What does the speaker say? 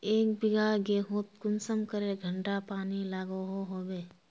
एक बिगहा गेँहूत कुंसम करे घंटा पानी लागोहो होबे?